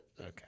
Okay